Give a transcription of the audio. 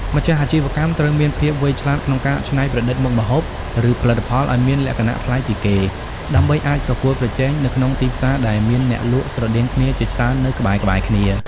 ម្ចាស់អាជីវកម្មត្រូវមានភាពវៃឆ្លាតក្នុងការច្នៃប្រឌិតមុខម្ហូប ឬផលិតផលឱ្យមានលក្ខណៈប្លែកពីគេ ដើម្បីអាចប្រកួតប្រជែងនៅក្នុងទីផ្សារដែលមានអ្នកលក់ស្រដៀងគ្នាជាច្រើននៅក្បែរៗគ្នា។